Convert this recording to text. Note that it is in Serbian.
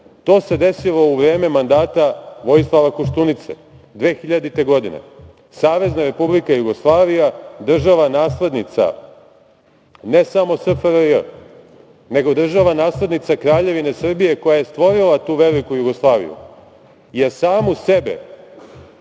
To se desilo u vreme mandata Vojislava Koštunice 2000. godine. Savezna Republika Jugoslavija, država naslednica ne samo SFRJ, nego država naslednica Kraljevine Srbije, koja je stvorila tu veliku Jugoslaviju je samu sebe